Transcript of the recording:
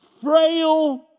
frail